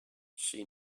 she